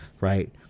right